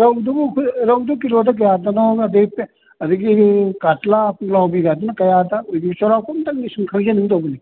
ꯔꯧꯗꯨꯕꯨ ꯑꯩꯈꯣꯏ ꯔꯧꯗꯨ ꯀꯤꯂꯣꯗ ꯀꯌꯥꯗꯅꯣ ꯑꯗꯩ ꯑꯗꯒꯤ ꯀꯥꯇꯂꯥ ꯄꯨꯛꯂꯥꯎꯕꯤꯒꯗꯨꯅ ꯀꯌꯥꯗ ꯑꯣꯏꯒꯦ ꯆꯧꯔꯥꯛꯄ ꯑꯃꯇꯪꯗꯤ ꯁꯨꯝ ꯈꯪꯖꯅꯤꯡꯅ ꯇꯧꯕꯅꯤ